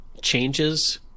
changes